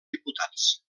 diputats